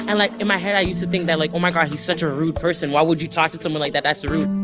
and like, in my head i used to think that, like, oh, my god, he's such a rude person. why would you talk to someone like that? that's rude